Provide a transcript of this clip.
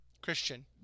Christian